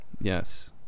yes